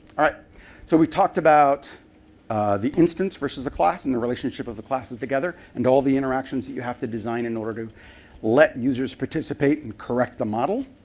ah so we talked about the instance versus the class and the relationship of the classes together and all the interactions that you have to design in order to let users participate participate and correct the model.